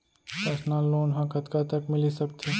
Personal loan ह कतका तक मिलिस सकथे?